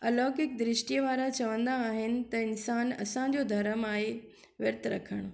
अलोकिक दृष्टीअ वारा चवंदा आहिनि त इंसान जो धर्म आहे विर्तु रखणु